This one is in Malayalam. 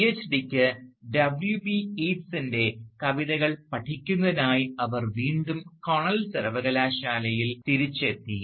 പിഎച്ച്ഡിക്ക് ഡബ്ല്യു ബി യീറ്റിൻറെ കവിതകൾ പഠിക്കുന്നതിനായി അവർ വീണ്ടും കോർണൽ സർവകലാശാലയിൽ തിരിച്ചെത്തി